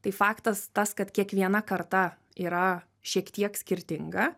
tai faktas tas kad kiekviena karta yra šiek tiek skirtinga